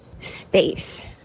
space